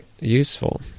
Useful